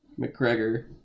McGregor